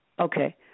okay